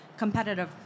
competitive